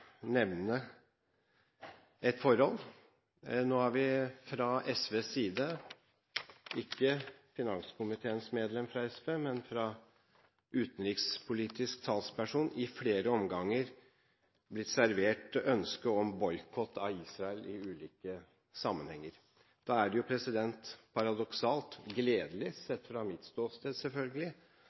nevne et forhold. Nå har vi fra SVs side – ikke fra finanskomiteens medlem fra SV, men fra utenrikspolitisk talsperson – i flere omganger blitt servert ønsket om boikott av Israel i ulike sammenhenger. Da er det paradoksalt gledelig – sett fra mitt ståsted, selvfølgelig